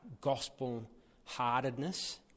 gospel-heartedness